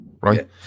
right